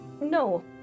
No